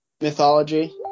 mythology